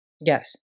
Yes